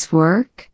work